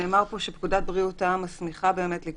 נאמר פה שפקודת בריאות העם מסמיכה לקבוע